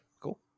Cool